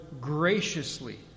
graciously